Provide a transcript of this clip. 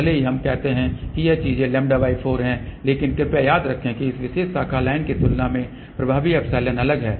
भले ही हम कहते हैं कि ये चीजें λ4 हैं लेकिन कृपया याद रखें कि इस विशेष शाखा लाइन की तुलना में प्रभावी ε अलग है